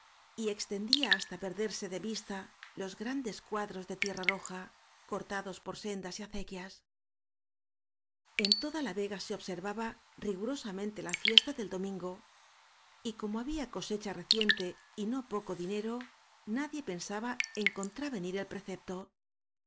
y extendía hasta perderse de vista los grandes cuadros de tierra roja cortados por sendas y acequias en toda la vegafc se observaba rigurosa mente la fiesta del domingo y como había cosecha reciente y no poco dinero nadie pen saba en contravenir el precepto